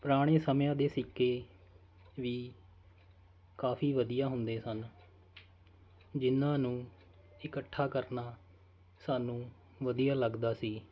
ਪੁਰਾਣੇ ਸਮਿਆਂ ਦੇ ਸਿੱਕੇ ਵੀ ਕਾਫੀ ਵਧੀਆ ਹੁੰਦੇ ਸਨ ਜਿਹਨਾਂ ਨੂੰ ਇਕੱਠਾ ਕਰਨਾ ਸਾਨੂੰ ਵਧੀਆ ਲੱਗਦਾ ਸੀ